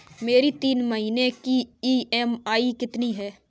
मेरी तीन महीने की ईएमआई कितनी है?